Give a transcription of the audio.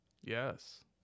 Yes